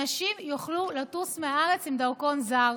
אנשים יוכלו לטוס מהארץ עם דרכון זר,